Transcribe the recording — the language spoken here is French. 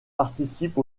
participe